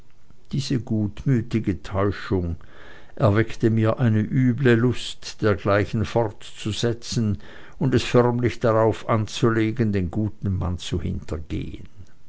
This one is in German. diese gutmütige täuschung erweckte mir eine üble lust dergleichen fortzusetzen und es förmlich darauf anzulegen den guten mann zu hintergehen